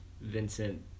Vincent